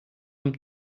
einem